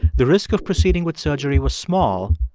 the risk of proceeding with surgery was small,